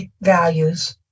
values